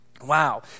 Wow